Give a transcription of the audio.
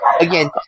again